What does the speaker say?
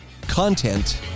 content